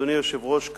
אדוני היושב-ראש,